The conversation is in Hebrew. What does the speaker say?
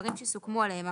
ודברים שסוכמו עליהם.